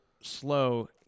slow